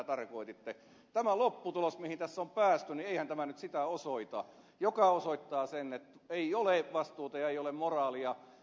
eihän tämä lopputulos mihin tässä on päästy nyt sitä osoita vaan se osoittaa että ei ole vastuuta ja ei ole moraalia